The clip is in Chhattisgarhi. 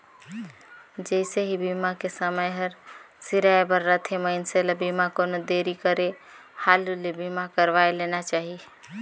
जइसे ही बीमा के समय हर सिराए बर रथे, मइनसे ल बीमा कोनो देरी करे हालू ले बीमा करवाये लेना चाहिए